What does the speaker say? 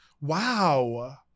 Wow